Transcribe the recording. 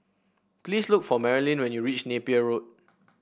please look for Marilyn when you reach Napier Road